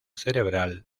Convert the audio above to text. cerebral